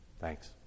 Thanks